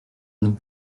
nous